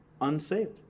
unsaved